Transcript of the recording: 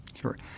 Sure